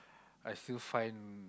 I still find